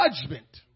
Judgment